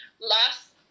last